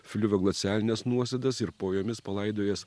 fliuvioglacialines nuosėdas ir po jomis palaidojęs